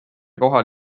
kohal